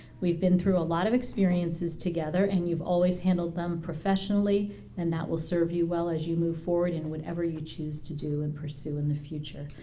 we've been through a lot of experiences together and you've always handled them professionally and that will serve you well as you move forward in whatever you choose to do and pursue in the future.